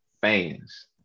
fans